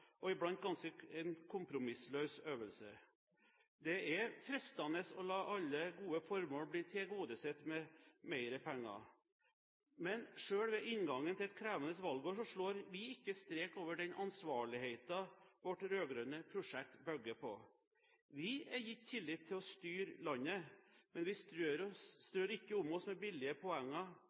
la alle gode formål bli tilgodesett med mer penger. Men selv ved inngangen til et krevende valgår slår vi ikke strek over den ansvarligheten vårt rød-grønne prosjekt bygger på. Vi er gitt tillit til å styre landet, men vi strør ikke om oss med billige poenger